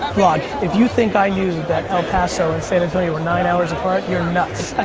vlog, if you think i knew that el paso and san antonio were nine hours apart, you're nuts.